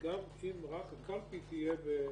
גם אם רק הקלפי תהיה בנתב"ג.